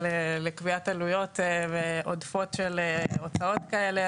לקביעת עלויות עודפות של הוצאות כאלה,